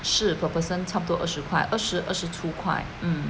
是 per person 差不多二十块二十二十处快嗯